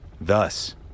Thus